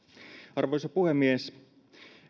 arvoisa puhemies